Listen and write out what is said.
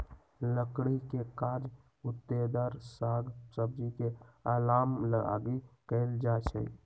लकड़ी के काज लत्तेदार साग सब्जी के अलाम लागी कएल जाइ छइ